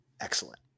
excellent